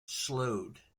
slowed